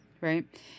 Right